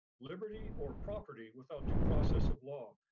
liberty or property without due process of law.